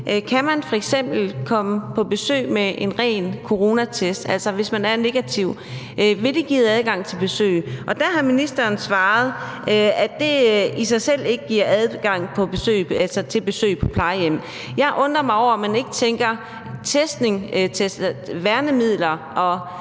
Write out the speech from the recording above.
kan komme på besøg med en ren coronatest, altså hvis man er testet negativ, og der har ministeren svaret, at det i sig selv ikke giver adgang til besøg på plejehjem. Jeg undrer mig over, at man ikke tænker test og værnemidler og